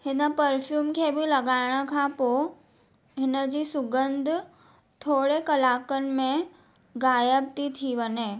हिन परफ्यूम खे बि लॻाइण खां पोइ हिन जी सुगंध थोरे कलाकनि में गायब थी थी वञे